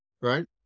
right